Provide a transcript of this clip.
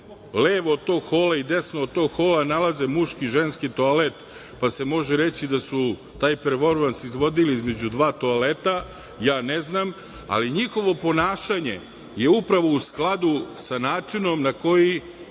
levo od toga hola i desno od tog hola nalaze muški, ženski toalet, pa se može reći da su taj performans izvodili između dva toaleta ja ne znam, ali njihovo ponašanje je upravo u skladu da načinom na koji